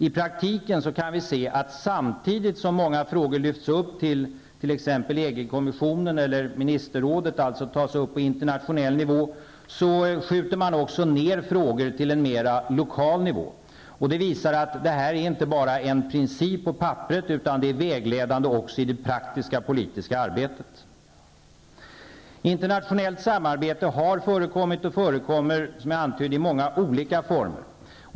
I praktiken kan vi se att samtidigt som många frågor lyfts upp till exempelvis EG-kommissionen eller ministerrådet och alltså tas upp på internationell nivå skjuter man ner frågor till en mera lokal nivå. Det visar att detta inte bara är en princip på papperet, utan det är vägledande också i det praktiska politiska arbetet. Internationellt samarbete har förekommit och förekommer -- som jag antydde -- i många olika former.